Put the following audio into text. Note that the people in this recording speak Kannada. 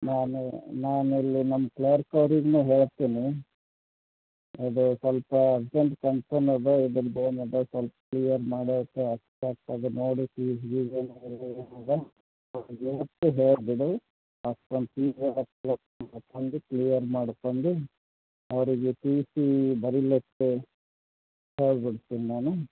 ನಾನು ನಾನಲ್ಲಿ ನಮ್ಮ ಕ್ಲರ್ಕ್ ಅವರಿಗೂ ಹೇಳ್ತೀನಿ ಇದು ಸ್ವಲ್ಪ ಅರ್ಜೆಂಟ್ ಕನ್ಸರ್ನ್ ಅದ ಇದರ್ದೇನದ ಸ್ವಲ್ಪ ಕ್ಲಿಯರ್ ಮಾಡಕ್ಕೆ ಅದು ನೋಡಿ ಫೀಸ್ ಗೀಸ್ ಏನಾದರೂ ಮತ್ತೆ ಹೇಳಿಬಿಡಿ ಕ್ಲಿಯರ್ ಮಾಡ್ಕೊಂಡು ಅವರಿಗೆ ಟಿ ಸಿ ಬರಿಲಿಕ್ಕೆ ಹೇಳ್ಬಿಡ್ತೀನಿ ನಾನು